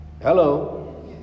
hello